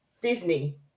Disney